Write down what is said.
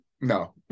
No